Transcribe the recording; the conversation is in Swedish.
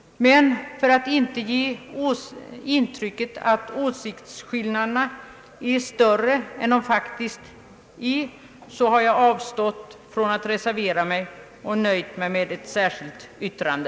För att inte ge intrycket att åsiktsskillnaderna är större än de faktiskt är, har jag avstått från att reservera mig och nöjt mig med ett särskilt yttrande.